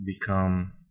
become